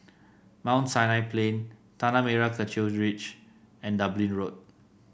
Mount Sinai Plain Tanah Merah Kechil Ridge and Dublin Road